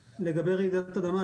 יהב,